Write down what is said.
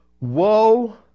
Woe